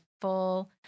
full